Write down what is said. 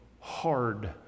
hard